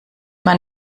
man